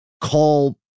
call